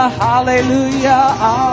hallelujah